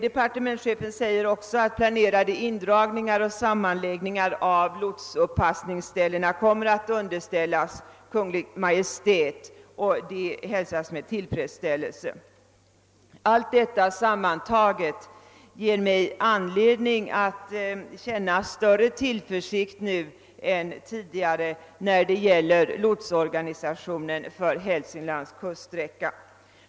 Departementschefen framhåller vidare att planerade indragningar och sammanläggningar av lotsuppassningsställena kommer att underställas Kungl. Maj:t, vilket hälsas med tillfredsställelse. Allt detta ger mig anledning att känna större tillförsikt nu än tidigare när det gäller ”Yotsorganisationen för Hälsinglands kuststräcka.